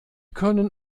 können